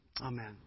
Amen